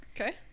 Okay